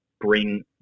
bring